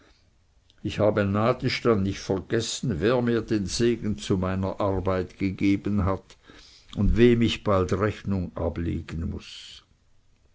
ich habe nadisch dann nicht vergessen wer mir den segen zu meiner arbeit gegeben hat und wem ich bald rechnung ablegen muß